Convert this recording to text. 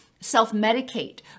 self-medicate